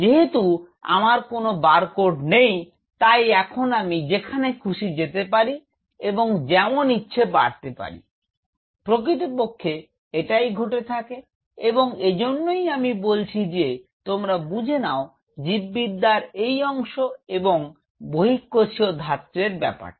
যেহেতু আমার কোনও বারকোড নেই তাই এখন আমি যেখানে খুশি যেতে পারি এবং যেমন ইছছে বাড়তে পারি প্রকৃতপক্ষে এটাই ঘটে থাকে এবং এজন্যেই আমি বলছি যে তোমরা বুঝে নাও জীববিদ্যার এই অংশ এবং বহিঃকোষীয় ধাত্রের ব্যাপারটা